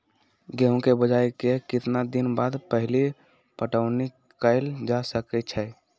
गेंहू के बोआई के केतना दिन बाद पहिला पटौनी कैल जा सकैछि?